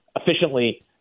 efficiently